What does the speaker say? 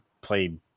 played